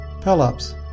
Pelops